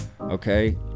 okay